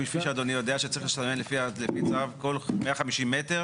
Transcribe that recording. כי לפי הצו צריך לסמן כל 150 מטרים